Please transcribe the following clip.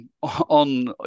on